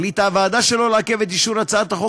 החליטה הוועדה שלא לעכב את אישור הצעת החוק